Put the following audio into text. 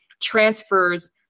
transfers